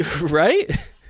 Right